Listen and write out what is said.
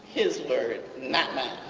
his word, not mine.